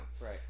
Right